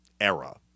era